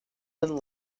and